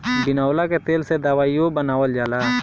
बिनौला के तेल से दवाईओ बनावल जाला